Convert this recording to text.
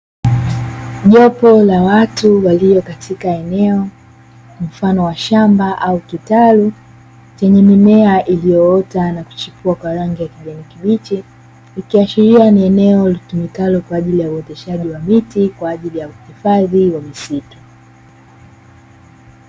Jopo la watu waliokatika eneo mfano wa shamba au kitalu, chenye mimea iliyoota na kuchipua kwa rangi ya kijani kibichi, ikiashiria ni eneo litumikalo kwa ajili ya uoteshaji wa miti kwa ajili ya uhifadhi wa misitu.